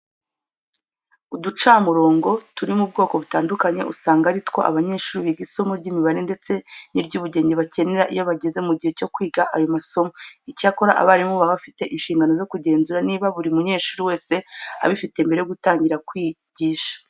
Uducamurongo turi mu bwoko butandukanye usanga ari two abanyeshuri biga isomo ry'imibare ndetse n'iry'ubugenge bakenera iyo bageze mu gihe cyo kwiga ayo masomo. Icyakora abarimu baba bafite inshingano zo kugenzura niba buri munyeshuri wese abifite mbere yo gutangira kwigisha.